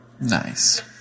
Nice